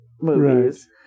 movies